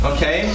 Okay